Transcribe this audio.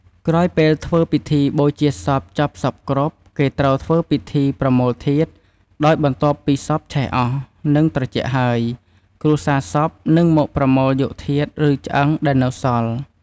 ក្រោយពេលធ្វើពិធីបូជាសពចប់សព្វគ្រប់ គេត្រូវធ្វើពិធីប្រមូលធាតុ ដោយបន្ទាប់ពីសពឆេះអស់ និងត្រជាក់ហើយ គ្រួសារសពនឹងមកប្រមូលយកធាតុ ឬឆ្អឹងដែលនៅសល់។